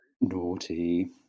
Naughty